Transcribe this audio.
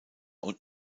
und